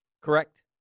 Correct